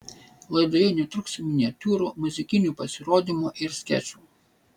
laidoje netruks miniatiūrų muzikinių pasirodymų ir skečų